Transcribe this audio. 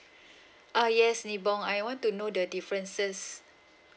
uh yes ni bong I want to know the differences